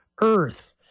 earth